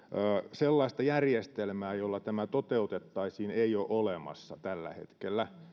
sellaista järjestelmää jolla tämä toteutettaisiin ei ole olemassa tällä hetkellä